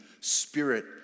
spirit